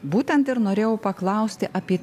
būtent ir norėjau paklausti apie